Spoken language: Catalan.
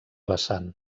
vessant